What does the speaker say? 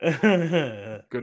good